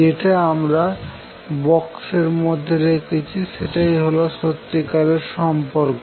যেটা আমরা বক্স এর মধ্যে রেখেছি সেটাই হল সত্যিকারের সম্পর্ক